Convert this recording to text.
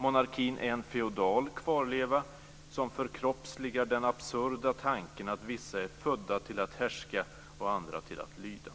Monarkin är en feodal kvarleva som förkroppsligar den absurda tanken att vissa är födda till att härska och andra till att lyda.